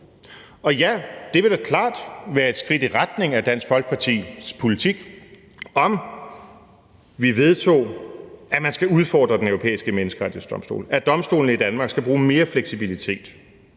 Og ja, det vil da klart være et skridt i retning af Dansk Folkepartis politik, om vi vedtog, at man skal udfordre Den Europæiske Menneskerettighedsdomstol, at domstolene i Danmark skal bruge mere fleksibilitet,